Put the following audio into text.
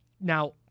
Now